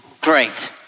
great